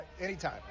Anytime